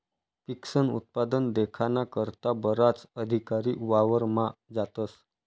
पिकस्नं उत्पादन देखाना करता बराच अधिकारी वावरमा जातस